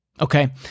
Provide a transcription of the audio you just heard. Okay